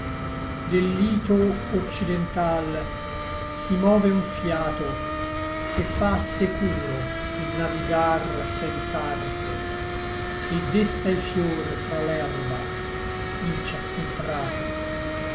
del lito occidental si move un fiato che fa securo il navigar senza arte et desta i fior tra l'erba in ciascun prato